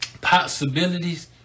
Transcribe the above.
possibilities